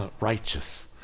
righteous